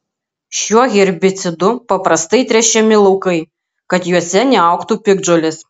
šiuo herbicidu paprastai tręšiami laukai kad juose neaugtų piktžolės